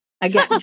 Again